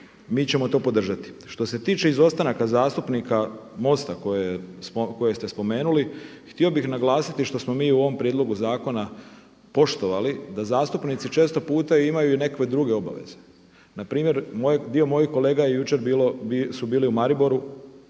mi ćemo to podržati. Što se tiče izostanaka zastupnika MOST-a koje ste spomenuli, htio bih naglasiti što smo mi u ovom prijedlogu zakona poštovali da zastupnici često puta imaju i nekakve druge obaveze. Npr. dio mojih kolega jučer su bili u Mariboru